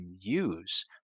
use